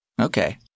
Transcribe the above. Okay